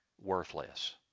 worthless